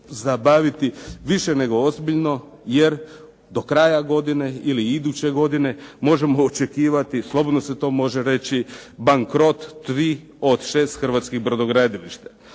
pozabaviti više nego ozbiljno jer do kraja godine ili iduće godine možemo očekivati, slobodno se to može reći, bankrot tri od šest hrvatskih brodogradilišta.